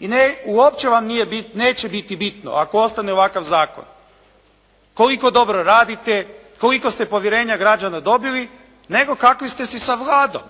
I uopće vam nije bitno, neće biti bitno ako ostane ovakav zakon. Koliko dobro radite, koliko ste povjerenja građana dobili, nego kakvi ste si sa vladom?